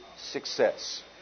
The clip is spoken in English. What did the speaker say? success